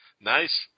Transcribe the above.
Nice